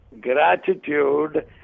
Gratitude